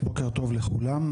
בוקר טוב לכולם,